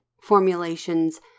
formulations